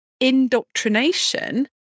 indoctrination